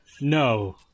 No